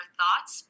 thoughts